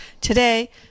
Today